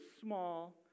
small